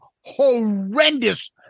Horrendous